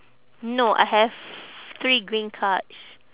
no I have three green cards